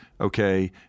Okay